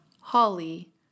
Holly